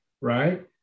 right